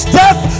death